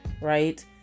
right